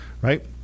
right